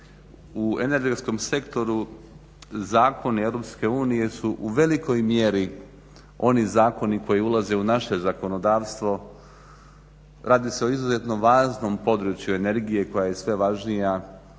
U energetskom sektoru zakoni EU u velikoj mjeri oni zakoni koji ulaze u naše zakonodavstvo. Radi se o izuzetno važnom području energije koja je sve važnija